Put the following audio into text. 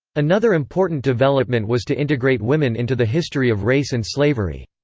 another important development was to integrate women into the history of race and slavery.